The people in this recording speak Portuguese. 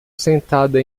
sentada